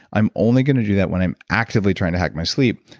i'm only going to do that when i'm actively trying to hack my sleep,